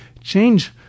change